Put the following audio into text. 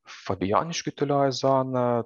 fabijoniškių tylioji zona